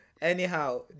anyhow